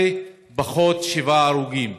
2017, פחות שבעה הרוגים.